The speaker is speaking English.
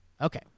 Okay